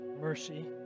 mercy